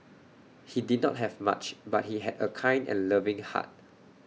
he did not have much but he had A kind and loving heart